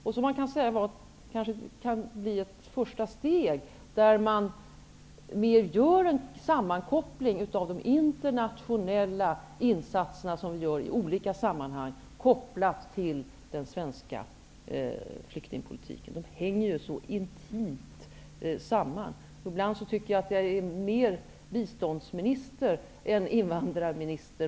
Det kan kanske bli ett första steg, där man mer gör en sammankoppling av de internationella insatserna i olika sammanhang med den svenska flyktingpolitiken. Dessa insatser hänger ju så intimt samman. Ibland tycker jag att jag mer är biståndsminister än invandrarminister.